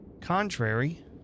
contrary